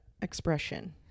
expression